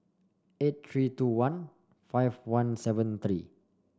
eight three two one five one seven three